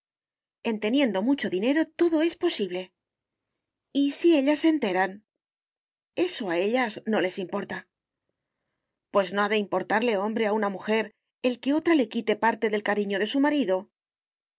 en teniendo mucho dinero todo es posible y si ellas se enteran eso a ellas no les importa pues no ha de importarle hombre a una mujer el que otra le quite parte del cariño de su marido